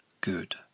Good